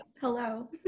hello